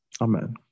Amen